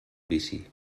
vici